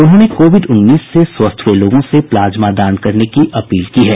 उन्होंने कोविड उन्नीस से स्वस्थ हुए लोगों से प्लाज्मा दान करने की अपील की है